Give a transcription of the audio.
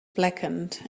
blackened